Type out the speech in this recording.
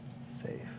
Safe